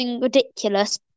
ridiculous